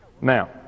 Now